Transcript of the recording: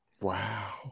Wow